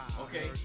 Okay